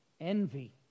envy